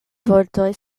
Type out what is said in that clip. vortoj